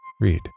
Read